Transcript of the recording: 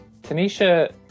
Tanisha